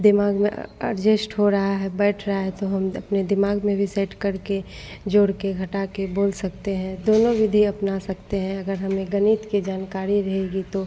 दिमाग में एडजस्ट हो रहा है बैठ रहा है तो हम अपने दिमाग में भी सेट करके जोड़कर घटाकर बोल सकते हैं दोनों विधि अपना सकते हैं अगर हमें गणित की जानकारी रहेगी तो